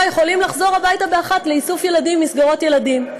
יכולים לחזור הביתה ב-13:00 לאיסוף הילדים ממסגרות הילדים.